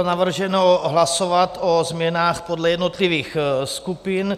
Bylo navrženo hlasovat o změnách podle jednotlivých skupin.